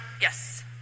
Yes